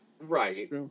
Right